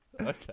Okay